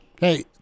Hey